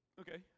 Okay